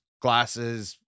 glasses